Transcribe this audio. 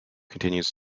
continues